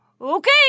Okay